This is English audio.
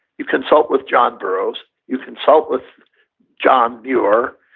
you consult with john burroughs. you consult with john muir,